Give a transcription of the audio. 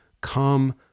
Come